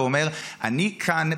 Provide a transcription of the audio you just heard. ואומר: אני כאן,